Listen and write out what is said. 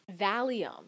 Valium